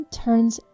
turns